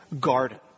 garden